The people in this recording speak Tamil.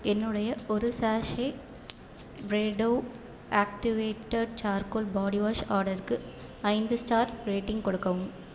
என்னுடைய ஒரு sachet Brado activated charcoal body wash ஆர்டருக்கு ஐந்து ஸ்டார் ரேட்டிங் கொடுக்கவும்